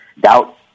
doubt